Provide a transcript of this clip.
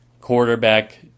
quarterback